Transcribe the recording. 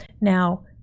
Now